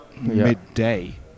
midday